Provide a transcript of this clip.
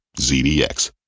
ZDX